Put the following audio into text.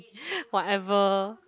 whatever